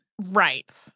Right